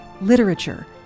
literature